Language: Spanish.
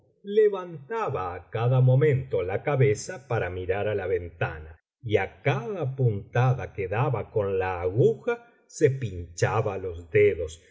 levantaba á cada momento la cabeza para mirar á la ventana y á cada puntada que daba con la aguja se pinchaba los dedos